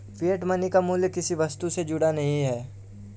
fiat money का मूल्य किसी वस्तु से जुड़ा नहीं है